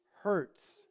hurts